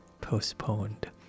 postponed